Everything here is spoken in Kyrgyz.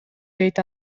дейт